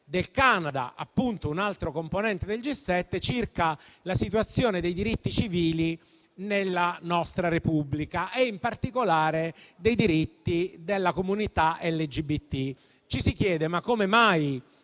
del Canada - appunto un altro componente del G7 - circa la situazione dei diritti civili nella nostra Repubblica, in particolare dei diritti della comunità LGBT.